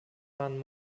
waren